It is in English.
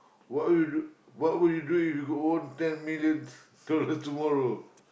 what would you do what would do if you go won ten millions dollar tomorrow